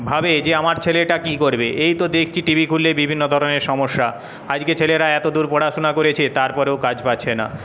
ভাবে যে আমার ছেলেটা কী করবে এই তো দেখছি টিভি খুললে বিভিন্ন ধরনের সমস্যা আজকে ছেলেরা এত দূর পড়াশুনা করেছে তার পড়েও কাজ পাচ্ছে না